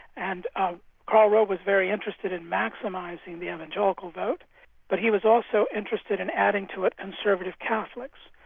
and ah karl rove was very interested in maximising the evangelical vote but he was also interested in adding to it conservative catholics,